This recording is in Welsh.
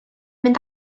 mynd